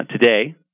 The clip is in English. today